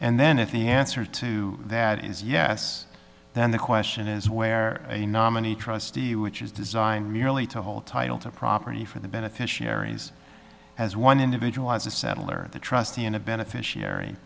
and then if the answer to that is yes then the question is where a nominee trustee which is designed merely to hold title to property for the beneficiaries as one individual as a settler and the trustee and a beneficiary